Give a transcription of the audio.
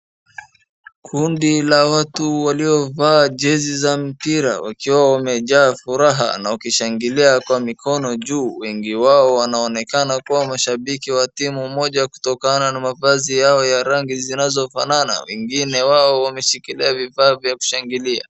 Kundi la watu waliovaa jezi za mpira wakiwa wamejaa furaha na wakishangilia kwa mikono juu. Wengi wao wanaonekana kuwa mashabiki wa timu moja kutokana na mavazi yao ya rangi zinazofanana. Wengine wao wameshikilia vifaa vya kushangilia.